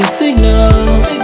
signals